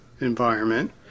environment